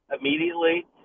immediately